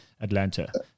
Atlanta